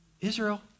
Israel